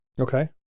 Okay